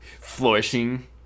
flourishing